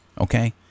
okay